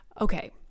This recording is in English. Okay